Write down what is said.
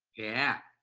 yeah.